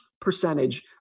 percentage